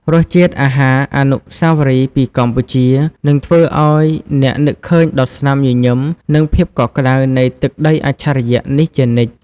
រសជាតិអាហារអនុស្សាវរីយ៍ពីកម្ពុជា នឹងធ្វើឱ្យអ្នកនឹកឃើញដល់ស្នាមញញឹម និងភាពកក់ក្តៅនៃទឹកដីអច្ឆរិយៈនេះជានិច្ច។